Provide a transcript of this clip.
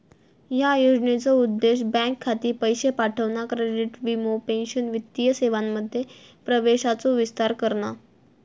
ह्या योजनेचो उद्देश बँक खाती, पैशे पाठवणा, क्रेडिट, वीमो, पेंशन वित्तीय सेवांमध्ये प्रवेशाचो विस्तार करणा